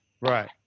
Right